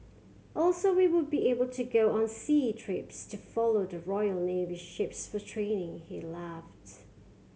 also we would be able to go on sea trips to follow the Royal Navy ships for training he laughed